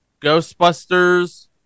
Ghostbusters